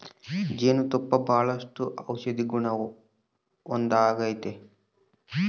ಜೇನು ತುಪ್ಪ ಬಾಳಷ್ಟು ಔಷದಿಗುಣ ಹೊಂದತತೆ